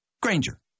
Granger